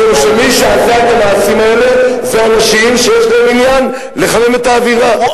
משום שמי שעשה את המעשים האלה זה אנשים שיש להם עניין לחמם את האווירה,